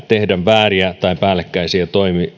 tehdä vääriä tai päällekkäisiä